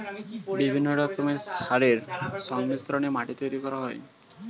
বিভিন্ন রকমের সারের সংমিশ্রণে মাটি তৈরি করা হয়